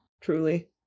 Truly